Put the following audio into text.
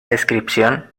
descripción